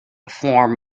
form